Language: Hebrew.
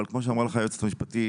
אבל כמו שאמרה לך היועצת המשפטית,